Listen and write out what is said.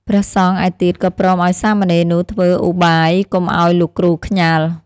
ព្រះសង្ឃឯទៀតក៏ព្រមឲ្យសាមណេរនោះធ្វើឧបាយកុំឲ្យលោកគ្រូខ្ញាល់។